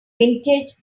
vintage